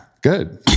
good